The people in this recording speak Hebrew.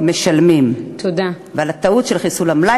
כי משרד האוצר עמד על הרגליים